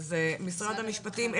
אז משרד המשפטים,